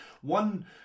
One